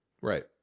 Right